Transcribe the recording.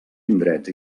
indrets